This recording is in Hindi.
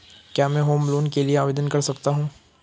क्या मैं होम लोंन के लिए आवेदन कर सकता हूं?